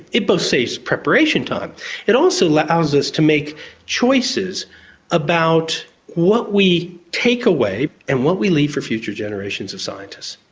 it but saves preparation time, and it also allows us to make choices about what we take away and what we leave for future generations of scientists.